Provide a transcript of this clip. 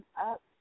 up